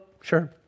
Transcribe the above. Sure